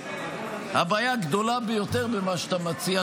שהבעיה הגדולה ביותר במה שאתה מציע,